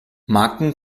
marken